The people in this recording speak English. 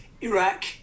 Iraq